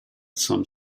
some